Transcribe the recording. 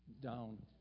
down